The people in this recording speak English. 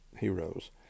heroes